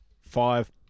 five